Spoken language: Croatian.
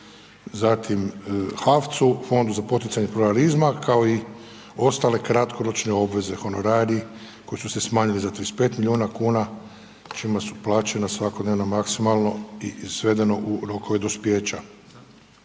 zatim HAVC-u, Fondu za poticanje pluralizma, kao i ostale kratkoročne obveze, honorari koji su se smanjili za 35 milijuna kuna, čime su plaćena svakodnevno maksimalno i svedeno u rokove dospijeća.